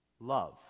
Love